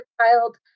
child